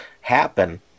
happen